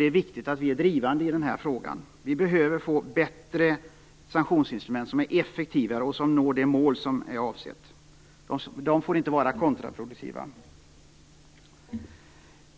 Det är viktigt att vi är drivande i den här frågan. Vi behöver bättre sanktionsintrument som är effektivare och som når avsedda mål. Sanktionsintrumenten får inte vara kontraproduktiva.